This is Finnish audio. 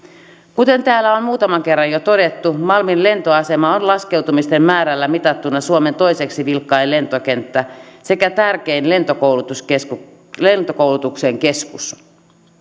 kuten täällä on muutaman kerran jo todettu malmin lentoasema on laskeutumisten määrällä mitattuna suomen toiseksi vilkkain lentokenttä sekä tärkein lentokoulutuksen keskus lentokoulutuksen keskus